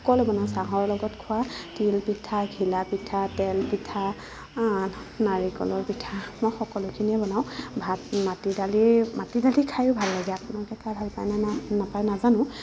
বনাওঁ চাহৰ লগত খোৱা তিল পিঠা ঘিলা পিঠা তেল পিঠা নাৰিকলৰ পিঠা মই সকলোখিনিয়ে বনাও ভাত মাটি দালি মাটি দালি খায়ো ভাল লাগে আপোনালোকে খাই ভাল পায়নে নে নেপায় নাজানো